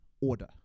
order